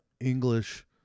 English